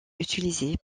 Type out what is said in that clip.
utilisés